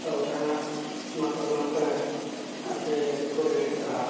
ᱛᱮᱵᱚ ᱛᱟᱦᱮᱱᱟ ᱢᱟ ᱛᱚᱵᱮ ᱜᱚᱢᱠᱮ ᱟᱯᱮ ᱠᱚ ᱟᱹᱰᱤ ᱟᱹᱰᱤ ᱥᱟᱨᱦᱟᱣ